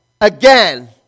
again